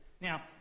Now